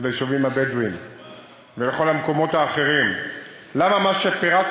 (חברת הכנסת תמר זנדברג יוצאת מאולם המליאה.) אבל מה הקשר?